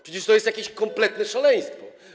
Przecież to jest jakieś kompletne szaleństwo.